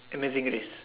and nothing it is